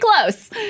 close